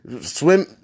swim